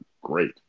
great